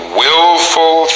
willful